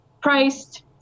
priced